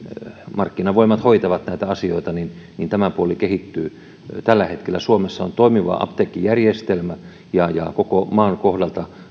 markkinavoimat hoitavat näitä asioita tämä puoli kehittyy tällä hetkellä suomessa on toimiva apteekkijärjestelmä ja ja koko maan kohdalta